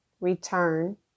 Return